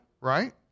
right